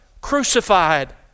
Crucified